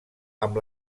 amb